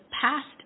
past